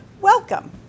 welcome